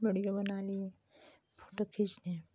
बढ़िया बना लिए फोटो खींच लिए